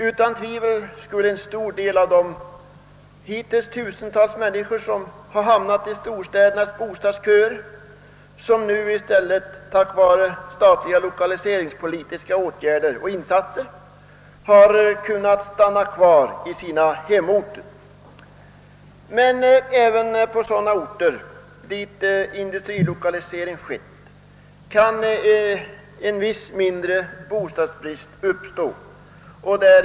Utan tvivel skulle ytterligare tusentals personer ha hamnat i storstädernas bostadsköer, om de inte tack vare statliga lokaliseringsåtgärder kunnat stanna kvar på sina hemorter. Men även på sådana orter, till vilka industrilokalisering skett, kan en viss, mindre bostadsbrist uppstå.